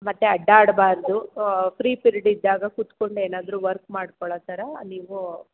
ಮತ್ತೆ ಅಡ್ಡಾಡಬಾರ್ದು free period ಇದ್ದಾಗ ಕೂತ್ಕೊಂಡು ಏನಾದರು ವರ್ಕ್ ಮಾಡ್ಕೊಳ್ಳೊ ಥರ ನೀವು